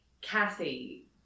Kathy